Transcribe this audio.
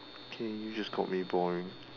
okay you just called me boring